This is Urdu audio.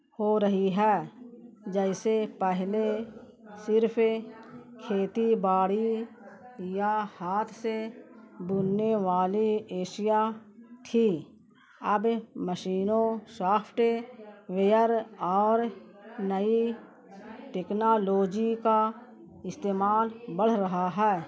ہو رہی ہے جیسے پہلے صرف کھیتی باڑی یا ہاتھ سے بننے والی اشیا تھی اب مشینوں شافٹویئر اور نئی ٹیکنالوجی کا استعمال بڑھ رہا ہے